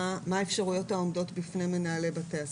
מה האפשרויות העומדות בפני מנהלי בתי הספר.